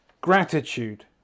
gratitude